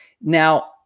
Now